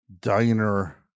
diner